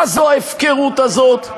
מה זו ההפקרות הזאת?